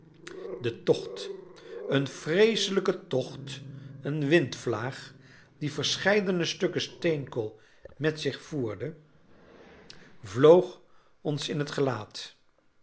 de tocht een vreeselijke tocht een windvlaag die verscheidene stukken steenkool met zich voerde vloog ons in het gelaat